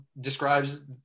Describes